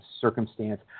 circumstance